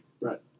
Right